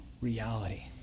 reality